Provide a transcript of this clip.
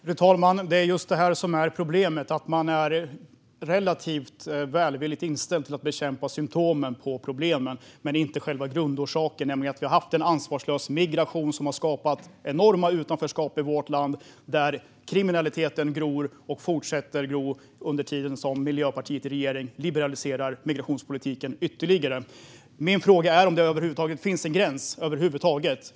Fru talman! Det är just detta som är problemet. Man är relativt välvilligt inställd till att bekämpa symtomen på problemen men inte själva grundorsaken, nämligen att vi har haft en ansvarslös migration som har skapat enormt utanförskap i vårt land. Kriminaliteten gror och fortsätter gro under tiden som Miljöpartiet och regeringen liberaliserar migrationspolitiken ytterligare. Min fråga är om det över huvud taget finns någon gräns.